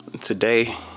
Today